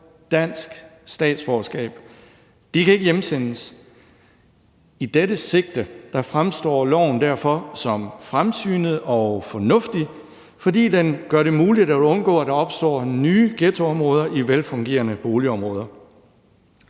dansk statsborgerskab. De kan ikke hjemsendes. I dette sigte fremstår loven derfor som fremsynet og fornuftig, fordi den gør det muligt at undgå, at der opstår nye ghettoområder i velfungerende boligområder.